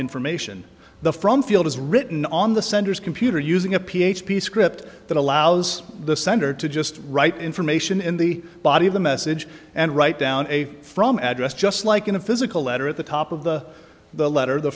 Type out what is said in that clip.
information the from field is written on the senders computer using a p h p script that allows the sender to just write information in the body of the message and write down a from address just like in a physical letter at the top of the the letter